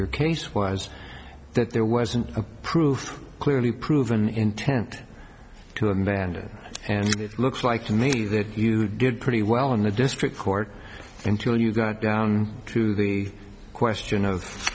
your case was that there wasn't a proof clearly proven intent to invent it and it looks like to me that you did pretty well in the district court until you got down to the question of